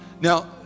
Now